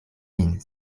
vin